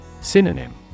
Synonym